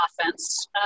offense